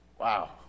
Wow